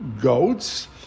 goats